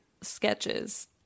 sketches